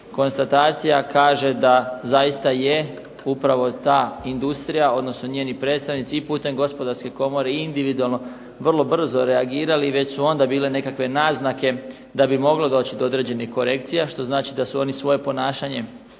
Konstatacija kaže da zaista je upravo ta industrija, odnosno njeni predstavnici i putem Gospodarske komore i individualno vrlo brzo reagirali i već su onda bile nekakve naznake da bi moglo doći do određenih korekcija, što znači da su oni svoje ponašanje